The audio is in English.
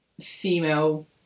female